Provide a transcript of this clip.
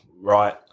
right